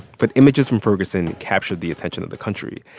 but images from ferguson captured the attention of the country.